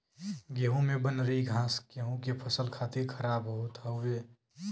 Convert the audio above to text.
गेंहू में बनरी घास गेंहू के फसल खातिर खराब होत हउवे